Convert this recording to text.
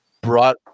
brought